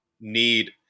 need